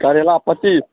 करैला पच्चीस